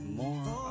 more